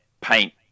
paint